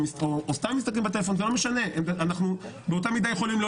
או סתם בטלפון אנחנו באותה מידה יכולים לא